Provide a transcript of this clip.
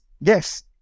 yes